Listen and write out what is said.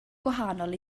gwahanol